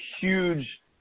huge